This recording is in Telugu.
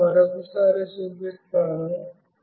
నేను మరోసారి చూపిస్తాను